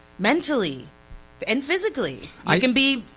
mentally and physically, i can be